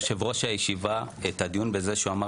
יושב-ראש הישיבה התחיל את הדיון בזה שהוא אמר